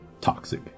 toxic